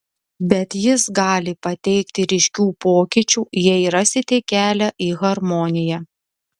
bet jis gali pateikti ryškių pokyčių jei rasite kelią į harmoniją